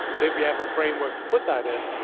but if we have a framework to put that in,